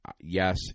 yes